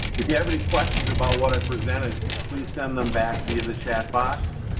if you have any questions about what i presented, please send them back via the chat box,